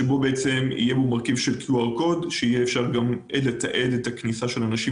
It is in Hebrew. שבו יהיה מרכיב של קוד QR שיאפשר לתעד את הכניסה של אנשים